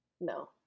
No